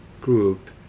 group